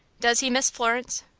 does he miss florence?